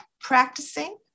practicing